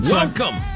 welcome